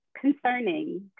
concerning